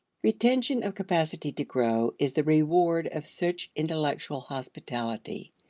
retention of capacity to grow is the reward of such intellectual hospitality.